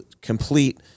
complete